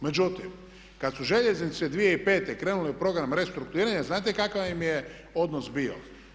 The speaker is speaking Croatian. Međutim, kad su željeznice 2005. krenule u program restrukturiranja znate kakav im je odnos bio?